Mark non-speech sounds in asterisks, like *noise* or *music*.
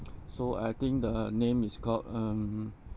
*noise* so I think the name is called um